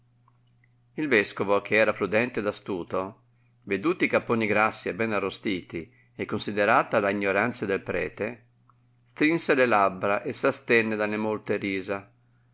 il vescovo i che era prudente ed astuto veduti i capponi grassi e ben arrostiti e considerata la ignoranzia del prete strinse le labbra e s'astenne dalle molte risa